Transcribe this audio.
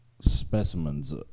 specimens